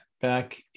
back